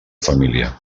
família